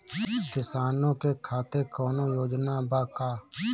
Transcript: किसानों के खातिर कौनो योजना बा का?